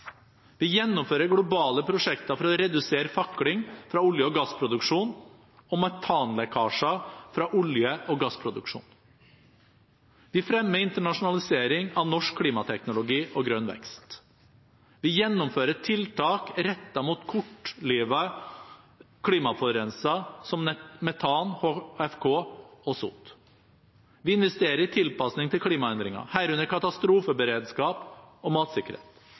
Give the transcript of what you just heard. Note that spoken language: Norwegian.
Vi gjennomfører globale prosjekter for å redusere fakling fra olje- og gassproduksjon og metanlekkasjer fra olje- og gassproduksjon. Vi fremmer internasjonalisering av norsk klimateknologi og grønn vekst. Vi gjennomfører tiltak rettet mot kortlivede klimaforurensere som metan, HFK og sot. Vi investerer i tilpasning til klimaendringer, herunder katastrofeberedskap og matsikkerhet.